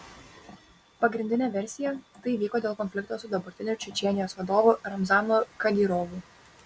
pagrindinė versija tai įvyko dėl konflikto su dabartiniu čečėnijos vadovu ramzanu kadyrovu